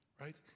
right